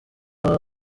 aza